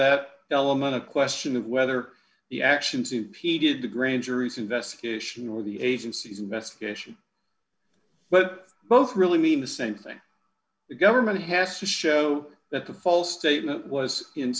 that element a question of whether the action suit pedia the grand jury's investigation or the agency's investigation but both really mean the same thing the government has to show that the false statement was in